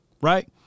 Right